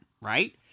right